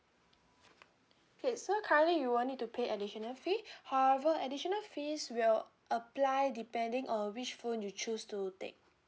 K so currently you won't need to pay additional fee however additional fees will apply depending on which phone you choose to take